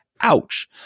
Ouch